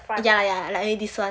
ya ya you mean this [one]